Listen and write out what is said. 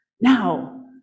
Now